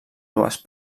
dues